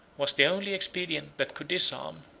was the only expedient that could disarm,